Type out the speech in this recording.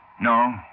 No